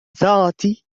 ساعتي